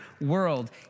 world